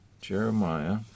Jeremiah